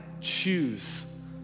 choose